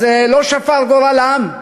לא שפר גורלם,